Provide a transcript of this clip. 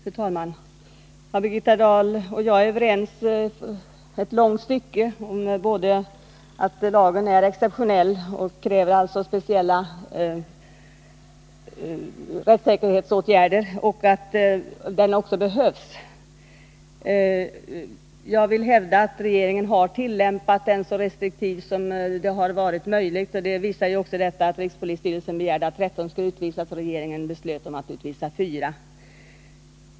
Fru talman! Birgitta Dahl och jag är i långa stycken överens om både att lagen är exceptionell och kräver speciella rättssäkerhetsåtgärder och att den behövs. Jag vill hävda att regeringen har tillämpat den så restriktivt som det har varit möjligt. Det visar också detta att rikspolisstyrelsen begärde att 13 skulle utvisas och regeringen beslöt att utvisa 4.